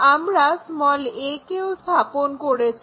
আমরা a কেও স্থাপন করেছি